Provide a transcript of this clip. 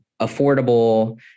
affordable